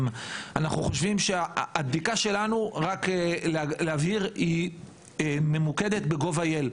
הבדיקה שלנו, רק להבהיר ממוקדת ב-gov.il.